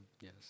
Yes